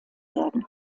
werden